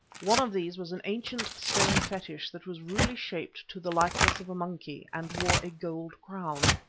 one of these was an ancient stone fetish that was rudely shaped to the likeness of a monkey and wore a gold crown.